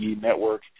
network